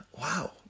wow